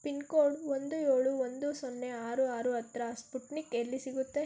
pin code ಒಂದು ಏಳು ಒಂದು ಸೊನ್ನೆ ಆರು ಆರು ಹತ್ತಿರ ಸ್ಪುಟ್ನಿಕ್ ಎಲ್ಲಿ ಸಿಗುತ್ತೆ